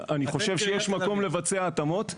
אני חושב שיש מקום לבצע התאמות,